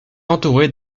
entourée